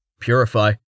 Purify